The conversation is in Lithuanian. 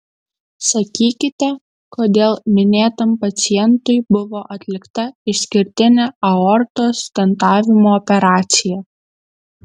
sakykite kodėl minėtam pacientui buvo atlikta išskirtinė aortos stentavimo operacija